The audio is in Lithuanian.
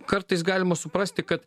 kartais galima suprasti kad